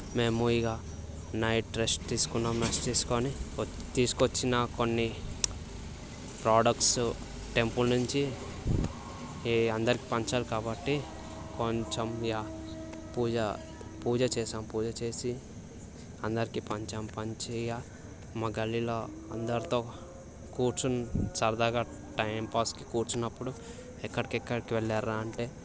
మేము ఇగ night rest తీసుకున్నాం రెస్ట్ తీసుకొని తీసుకొచ్చిన కొన్ని ప్రొడక్ట్స్ టెంపుల్ నుంచి అందరికి పంచాలి కాబట్టి కొంచెం ఇగ పూజ పూజ చేశాం పూజ చేసి అందరికి పంచాం పంచి ఇగ మా గల్లీలో అందరితో కూర్చుని సరదాగా టైంపాస్కి కూర్చున్నప్పుడు ఎక్కడికి ఎక్కడికి వెళ్లారురా అంటే